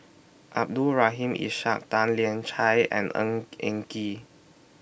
Abdul Rahim Ishak Tan Lian Chye and Ng Eng Kee